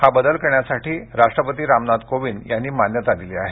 हा बदल करण्यास राष्ट्रपती रामनाथ कोविंद यांनी मान्यता दिली आहे